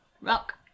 Rock